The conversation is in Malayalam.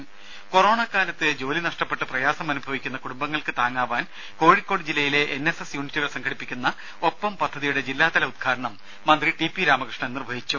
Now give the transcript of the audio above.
ദേദ കൊറോണക്കാലത്ത് ജോലി നഷ്ടപ്പെട്ട് പ്രയാസമനുഭവിക്കുന്ന കുടുംബങ്ങൾക്ക് താങ്ങാവാൻ കോഴിക്കോട് ജില്ലയിലെ എൻ എസ് എസ് യൂണിറ്റുകൾ സംഘടിപ്പിക്കുന്ന ഒപ്പംപദ്ധതിയുടെ ജില്ലാതല ഉദ്ഘാടനം മന്ത്രി ടി പി രാമകൃഷ്ണൻ നിർവഹിച്ചു